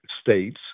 states